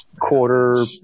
quarter